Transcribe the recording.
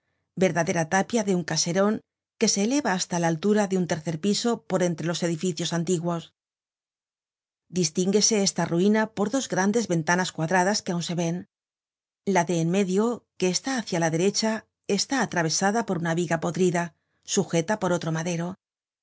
verdadera tapia de un caseron que se eleva hasta la altura de un tercer piso por entre los edificios antiguos distingüese esta ruina por dos grandes ventanas cuadradas que aun se ven la de en medio que está hácia la derecha está atravesada por una viga podrida sujeta por otro madero